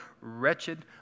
wretched